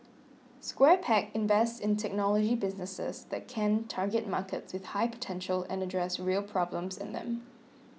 Square Peg invests in technology businesses that can target markets with high potential and address real problems in them